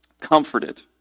comforted